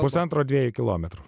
pusantro dviejų kilometrų